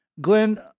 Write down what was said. Glenn